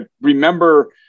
remember